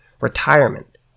retirement